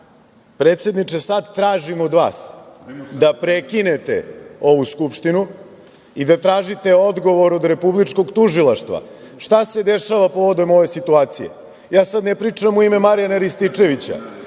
preduzme. Predsedniče sad tražim od vas, da prekinete ovu Skupštinu i da tražite odgovor od Republičkog tužilaštva šta se dešava povodom ove situacije. Ja sad ne pričam u ime Marijana Rističevića.